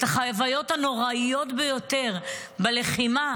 את החוויות הנוראיות ביותר בלחימה,